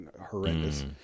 horrendous